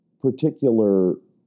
particular